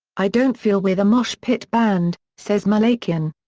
i don't feel we're the mosh-pit band, says malakian.